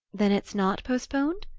then it's not postponed?